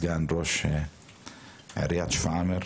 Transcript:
סגן ראש עיריית שפרעם.